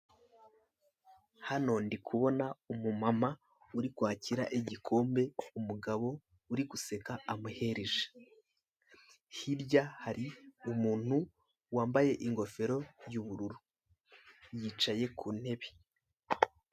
Hano ndikubona umumama uri kwakira igikombe umugabo uri guseka amuhereje, hirya hari umuntu wambaye ingofero y'ubururu, yicaye ku ntebe